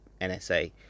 NSA